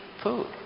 food